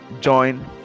join